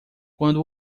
quando